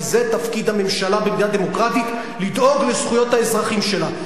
כי זה תפקיד הממשלה במדינה דמוקרטית לדאוג לזכויות האזרחים שלה.